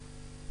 ושידורים).